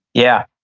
yeah.